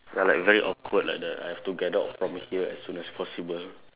ya like very awkward like the I have to get out from here as soon as possible